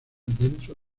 dentro